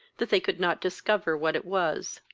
that they could not discover what it was.